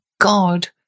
God